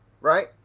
right